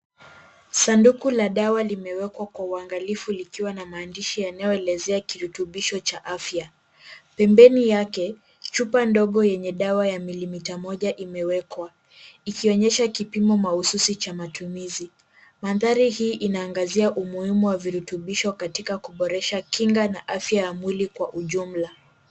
Sanduku la dawa limewekwa kwa uangalifu likiwa na maandishi yanayoelezea kirutubisho cha afya. Pembeni yake, chupa ndogo yenye dawa ya milimita moja imewekwa ikionyesha kipimo mahususi cha matumizi. Mandhari hii inaangazia umuhimu wa virutubisho katika kuboresha kinga na afya ya mwili kwa ujumla.